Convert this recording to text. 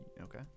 Okay